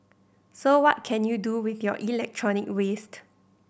so what can you do with your electronic waste